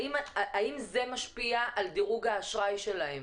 האם זה משפיע על דירוג האשראי שלהם?